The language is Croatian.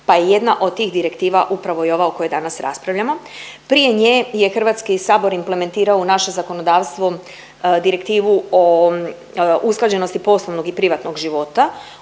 pa je jedna od tih direktiva upravo i ova o kojoj danas raspravljamo. Prije nje je Hrvatski sabor implementirao u naše zakonodavstvo Direktivu o usklađenosti poslovnog i privatnog života.